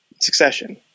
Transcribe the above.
succession